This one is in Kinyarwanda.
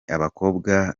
abakobwa